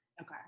Okay